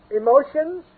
emotions